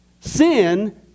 Sin